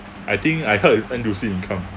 I think I heard is N_T_U_C income